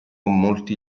molti